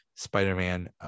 spider-man